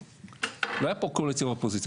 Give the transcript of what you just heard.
לא הייתה פה קואליציה ואופוזיציה,